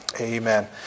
Amen